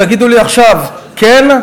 תגידו לי עכשיו "כן",